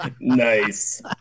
Nice